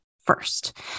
first